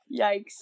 yikes